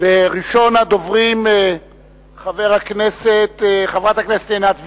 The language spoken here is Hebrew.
ראשונת הדוברים, חברת הכנסת עינת וילף,